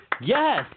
Yes